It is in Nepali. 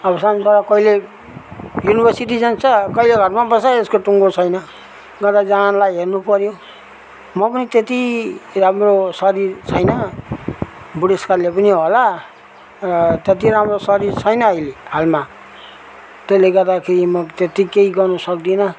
अब सानोबाट कहिले युनिभर्सिटी जान्छ कहिले घरमा बस्छ यसको टुङ्गो छैन मलाई जाहानलाई हेर्नुपऱ्यो म पनि त्यति राम्रो शरीर छैन बुढेसकालले पनि होला र त्यति राम्रो शरीर छैन अहिले हालमा त्यसले गर्दाखेरि म त्यति केही गर्नु सक्दिनँ